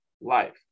life